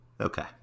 Okay